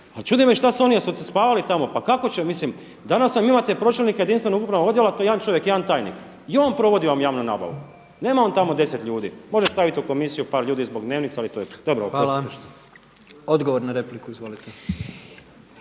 čudi me šta su oni spavali tamo pa kako će mislim. Danas imate pročelnika jedinstvenog upravnog odjela to je jedan čovjek jedan tajnik gdje on vam provodi javnu nabavu, nema on tamo deset ljudi. Može staviti u komisiju par ljudi zbog dnevnica. **Jandroković, Gordan (HDZ)** Hvala. Odgovor na repliku. Izvolite.